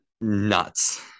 nuts